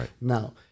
now